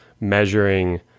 measuring